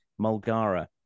mulgara